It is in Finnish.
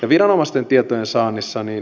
viranomaisten tietojen saanti